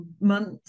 months